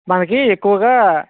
మనకి ఎక్కువగా